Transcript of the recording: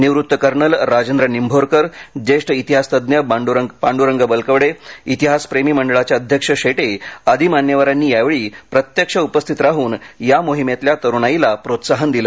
निवृत्त कर्नल राजेंद्र निंभोरकर ज्येष्ठ इतिहासतज्ञ पांडुरंग बलकवडे इतिहास प्रेमी मंडळाचे अध्यक्ष शेटे आदी मान्यवरांनी यावेळी प्रत्यक्ष उपस्थित राहून या मोहिमेतील तरुणाईला प्रोत्साहन दिल